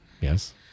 Yes